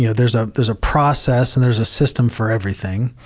you know there's a there's a process and there's a system for everything?